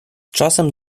czasem